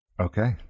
Okay